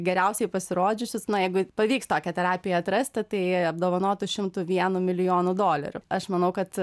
geriausiai pasirodžiusius na jeigu pavyks tokią terapiją atrasti tai apdovanotų šimtu vienu milijonu dolerių aš manau kad